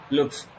Looks